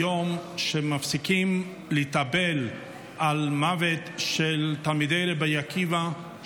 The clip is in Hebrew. יום שמפסיקים בו להתאבל על המוות של תלמידי רבי עקיבא,